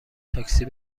تاکسی